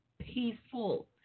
peaceful